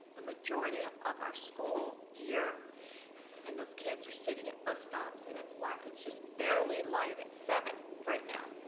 the majority ah of our school here and those kids are sitting at bus stops and it's black. it's just barely light at seven right now.